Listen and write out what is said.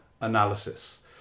analysis